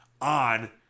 on